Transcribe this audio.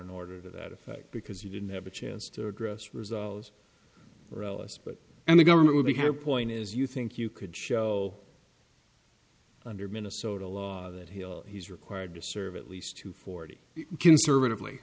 an order to that effect because you didn't have a chance to address resolves or ellis but and the government would be here point is you think you could show under minnesota law that he'll he's required to serve at least to forty conservatively